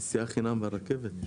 נסיעה חינם ברכבת?